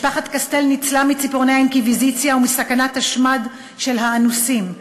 משפחת קסטל ניצלה מציפורני האינקוויזיציה ומסכנת השמד של האנוסים.